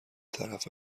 طرف